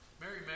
Mary